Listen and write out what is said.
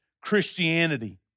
Christianity